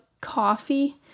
coffee